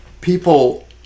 people